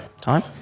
time